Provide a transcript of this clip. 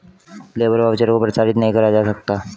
labour voucher को प्रसारित नहीं करा जा सकता